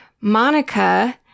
Monica